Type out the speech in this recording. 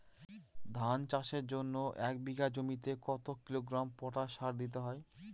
ধান চাষের জন্য এক বিঘা জমিতে কতো কিলোগ্রাম পটাশ সার দিতে হয়?